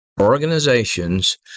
organizations